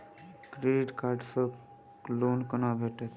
Credit card सँ loan कोना भेटत?